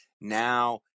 Now